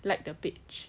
like the page